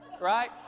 Right